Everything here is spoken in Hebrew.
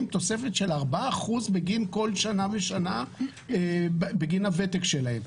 תוספת של 4% בגין כל שנה בגין הוותק שלהם.